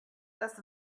das